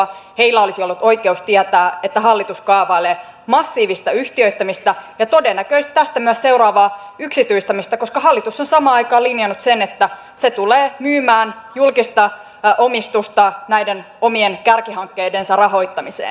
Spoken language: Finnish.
heillä olisi ollut oikeus tietää että hallitus kaavailee massiivista yhtiöittämistä ja todennäköisesti myös tästä seuraavaa yksityistämistä koska hallitus on samaan aikaan linjannut sen että se tulee myymään julkista omistusta näiden omien kärkihankkeidensa rahoittamiseen